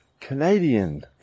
Canadian